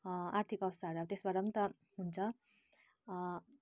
आर्थिक अवस्थाहरू त्यसबाट पनि त हुन्छ